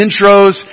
intros